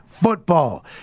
football